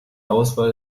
auswahl